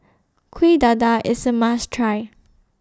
Kuih Dadar IS A must Try